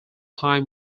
time